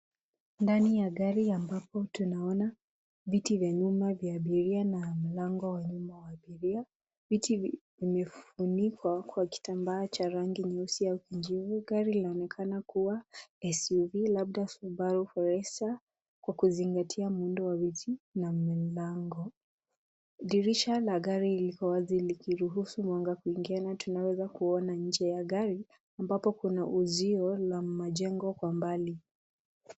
Ndani ya gari ambapo tunaona viti vya nyuma vya abiria na mlango wa nyuma wa abiria. Viti vimefunikwa kwa kitamba cha rangi nyeusi ya kijivu. Gari linaonekana kuwa SUV labda Subaru Forester kwa kuzingatia muundo wa viti na mlango. Dirisha la gari liko wazi likiruhusu mwanga kuingia na tunaweza kuona nje ya gari ambapo kuna uziwa na majengo kwa mbali.